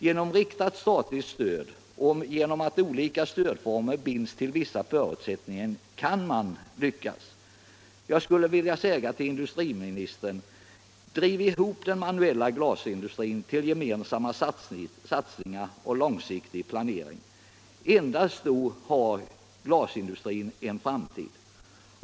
Genom riktat statligt stöd och genom att olika stödformer binds till vissa förutsättningar kan man lyckas. Jag skulle vilja säga till industriministern: Driv ihop den manuella glasindustrin till gemensamma satsningar och långsiktig planering. Endast då har glasindustrin en framtid.